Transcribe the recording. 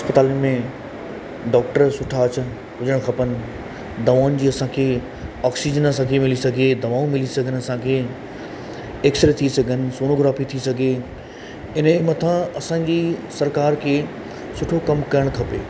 इस्पतालियुनि में डॉक्टर सुठा अचनि हुजणु खपनि दवाऊं जी असांखे ऑक्सीजन असांखे मिली सघे दवाऊं मिली सघनि असांखे एक्स रे थी सघनि सोनोग्राफ़ी थी सघे इनजे मथां असांजी सरकार खे सुठो कम करणु खपे